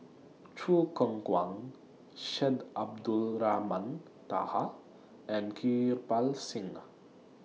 Choo Keng Kwang Syed Abdulrahman Taha and Kirpal Singh